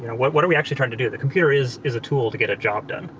what what are we actually trying to do? the computer is is a tool to get a job done.